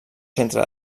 centre